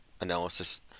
analysis